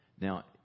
Now